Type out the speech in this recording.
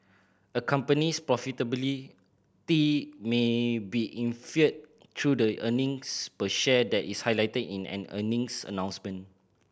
a company's profitability may be inferred through the earnings per share that is highlighted in an earnings announcement